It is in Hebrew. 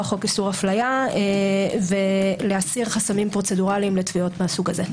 חוק איסור אפליה ולהסיר חסמים פרוצדורליים לתביעות מסוג זה.